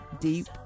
deep